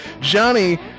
Johnny